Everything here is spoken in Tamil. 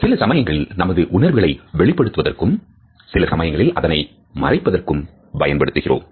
சில சமயங்களில் நமது உணர்வுகளை வெளிப்படுத்துவதற்கும் சில சமயங்களில் அதனை மறைப்பதற்கும் பயன்படுத்துகிறோம்